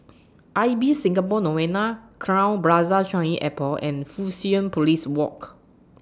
Ibis Singapore Novena Crowne Plaza Changi Airport and Fusionopolis Walk